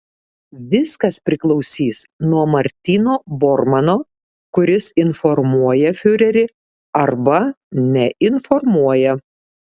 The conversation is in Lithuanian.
viskas priklausys nuo martyno bormano kuris informuoja fiurerį arba neinformuoja